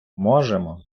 можемо